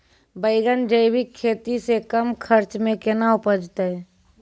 बैंगन जैविक खेती से कम खर्च मे कैना उपजते?